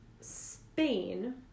Spain